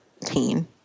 teen